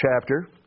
chapter